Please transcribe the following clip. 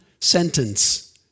sentence